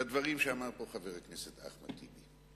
לדברים שאמר פה חבר הכנסת אחמד טיבי.